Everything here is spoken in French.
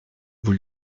vous